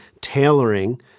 tailoring